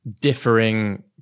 differing